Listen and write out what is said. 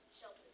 Shelter